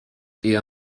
eher